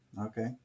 Okay